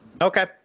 Okay